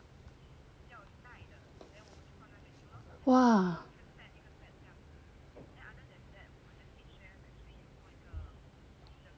!wow!